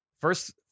first